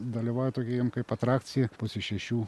dalyvauja tokia jiem kaip atrakcija pusė šešių